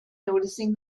noticing